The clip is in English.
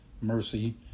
mercy